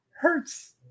Hurts